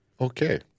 okay